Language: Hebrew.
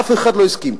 אף אחד לא הסכים.